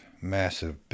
massive